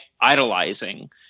idolizing